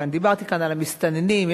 דיברתי כאן על המסתננים,